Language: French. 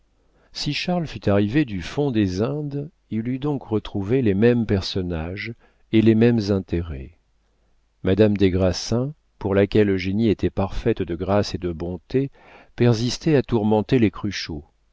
si charles fût arrivé du fond des indes il eût donc retrouvé les mêmes personnages et les mêmes intérêts madame des grassins pour laquelle eugénie était parfaite de grâce et de bonté persistait à tourmenter les cruchot